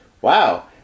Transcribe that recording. Wow